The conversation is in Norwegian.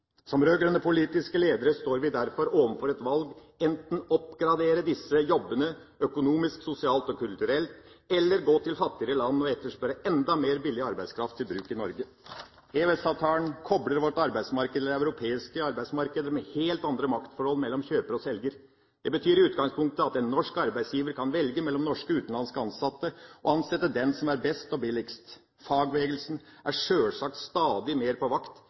Som rød-grønne politiske ledere står vi derfor overfor et valg – enten å oppgradere disse jobbene økonomisk, sosialt og kulturelt, eller gå til fattigere land og etterspørre enda mer billig arbeidskraft til bruk i Norge. EØS-avtalen kobler vårt arbeidsmarked til det europeiske arbeidsmarkedet, med helt andre maktforhold mellom kjøper og selger. Det betyr i utgangspunktet at en norsk arbeidsgiver kan velge mellom norske og utenlandske ansatte og ansette den som er best og billigst. Fagbevegelsen er sjølsagt stadig mer på vakt